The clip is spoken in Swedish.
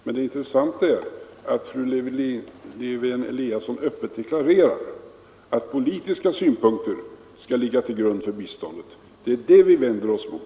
Men det intressanta är att fru Lewén-Eliasson öppet deklarerar att politiska synpunkter skall ligga till grund för biståndet. Det är det som vi vänder oss mot.